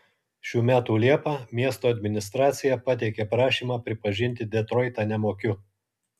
šių metų liepą miesto administracija pateikė prašymą pripažinti detroitą nemokiu